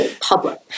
Public